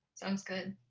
sounds good.